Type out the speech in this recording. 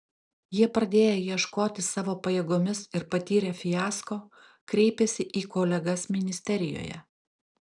jie pradėję ieškoti savo pajėgomis ir patyrę fiasko kreipėsi į kolegas ministerijoje